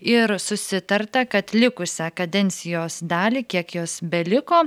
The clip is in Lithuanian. ir susitarta kad likusią kadencijos dalį kiek jos beliko